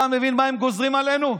אתה מבין מה הם גוזרים עלינו?